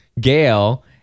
Gail